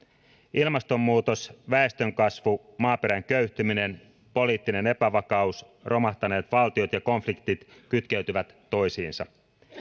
ilmastonmuutos väestönkasvu maaperän köyhtyminen poliittinen epävakaus romahtaneet valtiot ja konfliktit kytkeytyvät toisiinsa